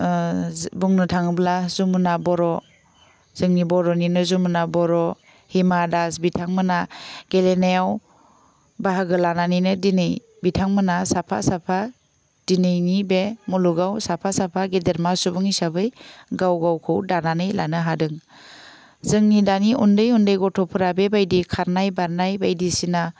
जो बुंनो थाङोब्ला जमुना बर' जोंनि बर'निनो जमुना बर' हिमा दास बिथांमोना गेलेनायाव बाहागो लानानैनो दिनै बिथांमोना साफा साफा दिनैनि बे मुलुगाव साफा साफा गेदेरमा सुबुं हिसाबै गाव गावखौ दानानै लानो हादों जोंनि दानि उन्दै उन्दै गथ'फोरा बे बायदि खारनाय बारनाय बायदिसिना